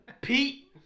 Pete